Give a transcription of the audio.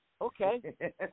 Okay